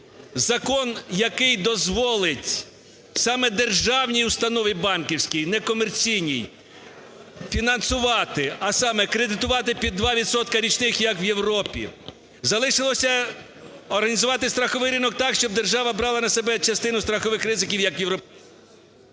закон, який дозволить саме державній установі банківській, не комерційній, фінансувати, а саме кредитувати під 2 відсотка річних, як у Європі, залишилося організувати страховий ринок так, щоб держава брала на себе частину страхових ризиків, як…